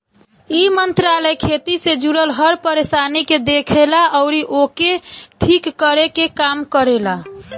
इ मंत्रालय खेती से जुड़ल हर परेशानी के देखेला अउरी ओके ठीक करे के काम करेला